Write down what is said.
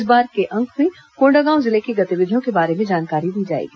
इस बार के अंक में कोंडागांव जिले की गतिविधियों के बारे में जानकारी दी जाएगी